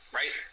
right